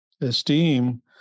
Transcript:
esteem